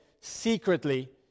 secretly